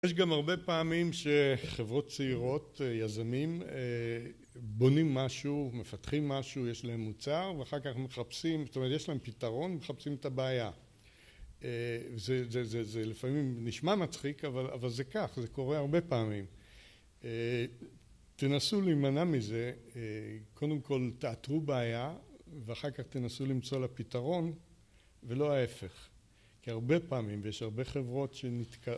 יש גם הרבה פעמים שחברות צעירות, יזמים, בונים משהו, מפתחים משהו, יש להם מוצר, ואחר כך מחפשים, זאת אומרת, יש להם פתרון, ומחפשים את הבעיה. זה לפעמים נשמע מצחיק, אבל זה כך, זה קורה הרבה פעמים. תנסו להימנע מזה, קודם כל תאתרו בעיה ואחר כך תנסו למצוא לה פתרון, ולא ההפך. כי הרבה פעמים, ויש הרבה חברות שנתק...